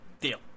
deal